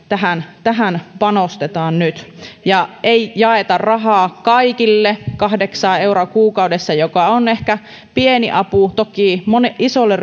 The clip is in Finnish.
tähän tähän panostetaan nyt eikä jaeta rahaa kaikille kahdeksaa euroa kuukaudessa joka on ehkä pieni apu toki isolle